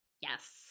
Yes